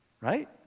right